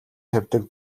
тавьдаг